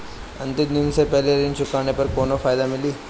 अंतिम दिन से पहले ऋण चुकाने पर कौनो फायदा मिली?